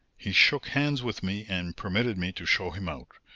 he shook hands with me and permitted me to show him out,